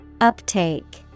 Uptake